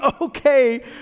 okay